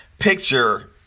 picture